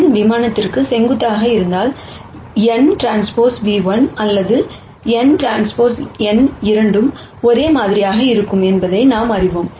N விமானத்திற்கு செங்குத்தாக இருந்தால் nTν₁ அல்லது nT n இரண்டும் ஒரே மாதிரியாக இருக்கும் என்பதை நாம் அறிவோம்